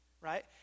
right